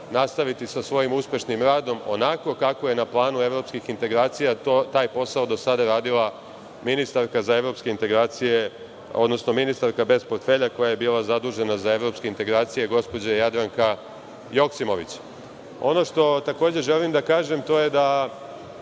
nastaviti sa svojim uspešnim radom onako kako je na planu evropskih integracija taj posao do sada je radila ministarka za evropske integracije, odnosno ministarka bez portfelja koja je bila zadužena za evropske integracije, gospođa Jadranka Joksimović. Ono što takođe želim da kažem to je da